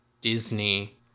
Disney